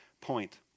point